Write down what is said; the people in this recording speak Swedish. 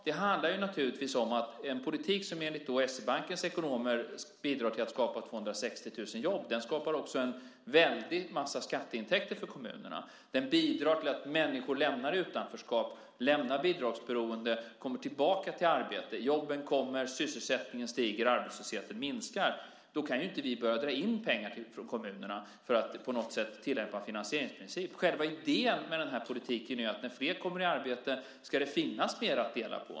Det handlar naturligtvis om att en politik som enligt SE-bankens ekonomer bidrar till att skapa 260 000 jobb också skapar en väldig massa skatteintäkter för kommunerna. Den bidrar till att människor lämnar utanförskap och bidragsberoende och kommer tillbaka i arbete. Jobben kommer, sysselsättningen stiger och arbetslösheten minskar. Då kan vi inte börja dra in pengarna från kommunerna för att på något sätt tillämpa finansieringsprincipen. Själva idén med den här politiken är ju att när flera kommer i arbete ska det finnas mer att dela på.